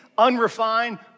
unrefined